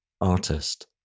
artist